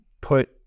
put